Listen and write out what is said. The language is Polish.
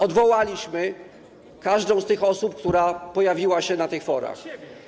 Odwołaliśmy każdą z tych osób, która pojawiła się na tych forach.